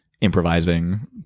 improvising